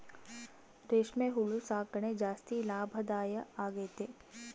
ರೇಷ್ಮೆ ಹುಳು ಸಾಕಣೆ ಜಾಸ್ತಿ ಲಾಭದಾಯ ಆಗೈತೆ